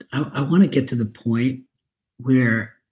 i want to get to the point where